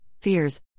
fears